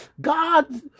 God